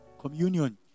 communion